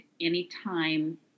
anytime